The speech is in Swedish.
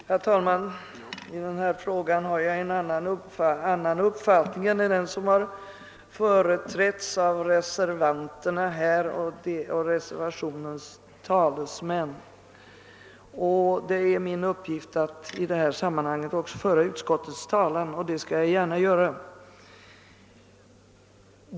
Herr talman! I denna fråga har jag en annan uppfattning än den som har företrätts av reservanterna och reservationens talesmän här, och det är min uppgift att i detta sammanhang också föra utskottets talan, och det skall jag gärna göra.